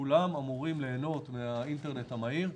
כולם אמורים ליהנות מהאינטרנט המהיר,